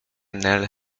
nel